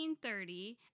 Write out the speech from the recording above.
1930